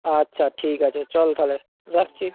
আচ্ছা ঠিক আছে চল তাহলে রাখছি